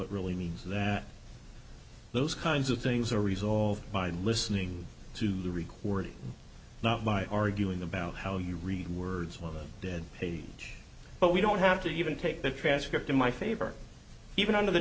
it really means that those kinds of things are resolved by listening to the recording not by arguing about how you read words want them dead page but we don't have to even take the transcript in my favor even under the